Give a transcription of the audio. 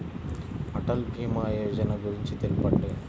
అటల్ భీమా యోజన గురించి తెలుపండి?